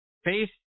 Face